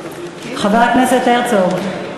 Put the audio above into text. חוץ, טיפול קהילתי באוטיסטים,